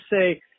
say